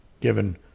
given